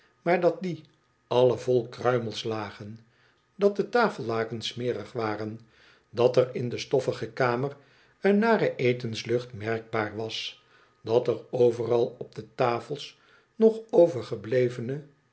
maar dat die alle vol kruimels lagen dat de tafellakens smerig waren dat er in de stoffige kamer een nare etenslucht merkbaar was dat er overal op de tafels nog overgeblevene